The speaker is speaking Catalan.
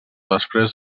després